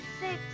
six